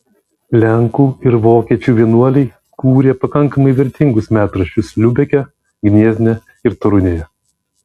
lenkų ir vokiečių vienuoliai kūrė pakankamai vertingus metraščius liubeke gniezne ir torunėje